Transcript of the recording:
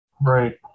Right